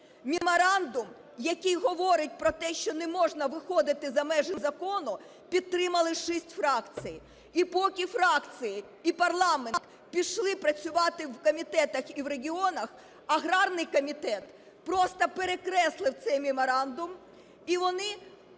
Меморандум, який говорить про те, що не можна виходити за межі закону, підтримали шість фракцій. І поки фракції і парламент пішли працювати в комітетах і в регіонах, аграрний комітет просто перекреслив цей меморандум, і вони